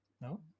No